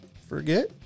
forget